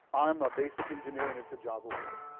i'm a basic engineer and it's a javaworld.